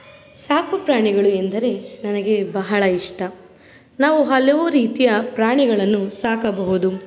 ಸಾಕು ಪ್ರಾಣಿಗಳು ಎಂದರೆ ನನಗೆ ಬಹಳ ಇಷ್ಟ ನಾವು ಹಲವು ರೀತಿಯ ಪ್ರಾಣಿಗಳನ್ನು ಸಾಕಬಹುದು